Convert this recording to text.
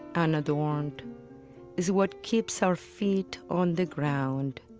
unadorned is what keeps our feet on the ground,